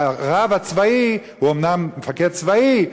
הרב הצבאי הוא אומנם מפקד צבאי,